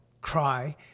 cry